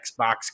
Xbox